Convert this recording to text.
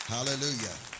Hallelujah